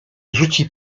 rzuci